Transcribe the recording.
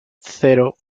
cero